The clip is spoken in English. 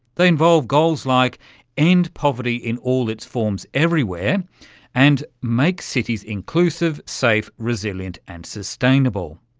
they involve goals like end poverty in all its forms everywhere and make cities inclusive, safe, resilient and sustainable'.